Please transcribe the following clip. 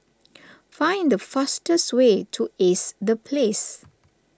find the fastest way to Ace the Place